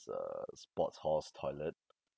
this uh sports hall's toilet